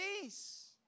peace